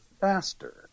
faster